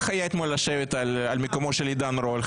איך היה אתמול לשבת על מקומו של עידן רול,